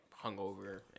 hungover